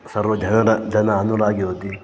सर्वजनाः जन अनुरागिवती